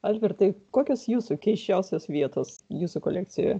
albertai kokios jūsų keisčiausios vietos jūsų kolekcijoje